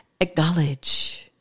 acknowledge